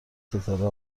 ستاره